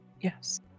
yes